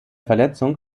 verletzung